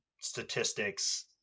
statistics